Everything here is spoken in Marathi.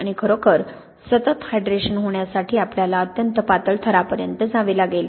आणि खरोखर सतत हायड्रेशन होण्यासाठी आपल्याला अत्यंत पातळ थरापर्यंत जावे लागेल